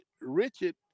Richard